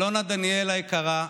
אלונה דניאל היקרה,